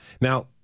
now